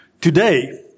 today